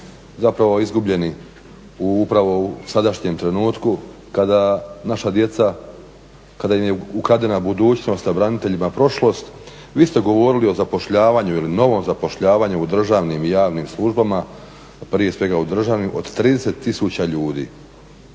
zapravo izgubljeni upravo u sadašnjem trenutku, kada naša djeca kada im je ukradena budućnost a braniteljima prošlost, vi ste govorili o zapošljavanju ili novom zapošljavanju u državnim i javnim službama, prije svega u državnim, od 30 000 ljudi.